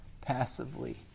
passively